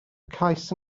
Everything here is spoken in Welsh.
cais